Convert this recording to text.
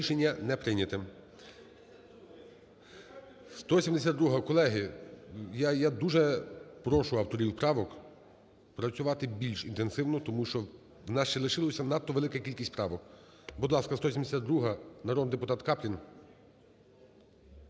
172-а. Колеги, я дуже прошу авторів правок працювати більш інтенсивно, тому що у нас ще лишилася надто велика кількість правок. Будь ласка, 172-а. Народний депутат Каплін.